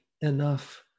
enough